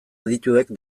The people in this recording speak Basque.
adituek